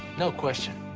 no question,